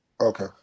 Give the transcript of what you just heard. Okay